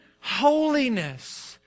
holiness